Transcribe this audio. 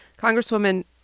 Congresswoman